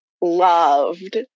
loved